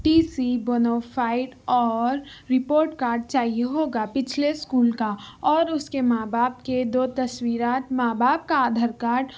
T C bonafide اور report card چاہیے ہوگا پچھلے اسکول کا اور اس کے ماں باپ کے دو تصویرات ماں باپ کا آدھار کارڈ